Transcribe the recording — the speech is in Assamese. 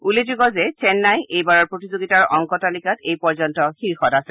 উল্লেখযোগ্য যে চেন্নাই এইবাৰৰ প্ৰতিযোগিতাৰ অংক তালিকাত এই পৰ্যন্ত শীৰ্ষত আছে